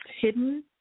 hidden